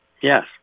yes